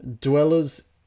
dwellers